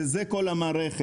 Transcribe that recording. וזאת כל המערכת.